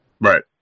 Right